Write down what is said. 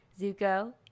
Zuko